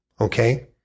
Okay